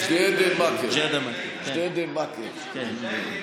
ג'דיידה-מכר, כן.